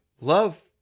love